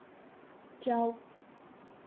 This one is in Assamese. যাওক